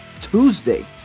Tuesday